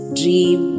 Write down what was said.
dream